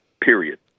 Period